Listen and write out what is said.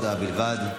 הודעה בלבד.